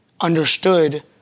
understood